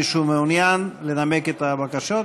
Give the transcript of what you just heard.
מישהו מעוניין לנמק את הבקשות?